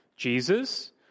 Jesus